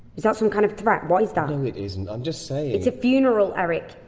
is that some kind of threat, what is that? no, it isn't! i'm just saying it's a funeral, eric,